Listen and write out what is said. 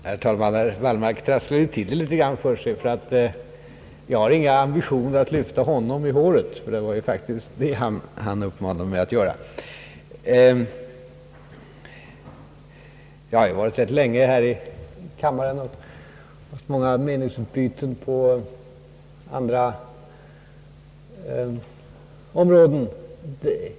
Herr talman! Herr Wallmark trasslar till det lite grand för sig. Jag har inga ambitioner att lyfta honom i håret, ty det var faktiskt det han uppmanade mig att göra. Jag har ju suttit rätt länge här i kammaren och haft många me ningsutbyten på andra områden.